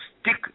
stick